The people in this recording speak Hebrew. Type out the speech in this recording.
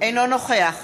אינו נוכח